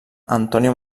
antonio